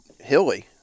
hilly